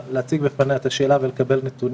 חוק החיפוש וחוקים